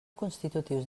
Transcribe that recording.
constitutius